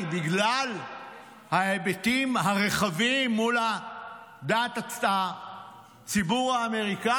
בגלל ההיבטים הרחבים מול דעת הציבור האמריקאי,